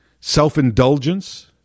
self-indulgence